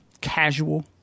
casual